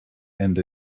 and